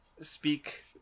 speak